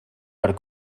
per